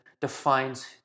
defines